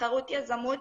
תחרות יזמות